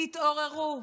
תתעוררו.